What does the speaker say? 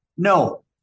No